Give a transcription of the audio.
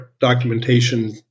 documentation